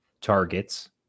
targets